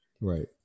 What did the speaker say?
Right